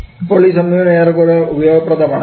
ഇപ്പോൾ ഈ സമീപനം ഏറെക്കുറെ ഉപയോഗപ്രദമാണ്